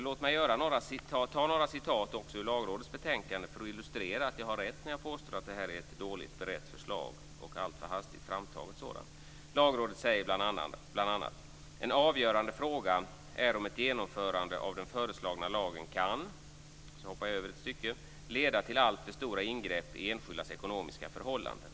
Jag skall läsa upp några delar ur Lagrådets betänkande för att illustrera att jag har rätt när jag påstår att detta är ett dåligt berett förslag och ett alltför hastigt framtaget sådant. Lagrådet säger bl.a.: En avgörande fråga är om ett genomförande av den föreslagna lagen kan - leda till alltför stora ingrepp i enskildas ekonomiska förhållanden.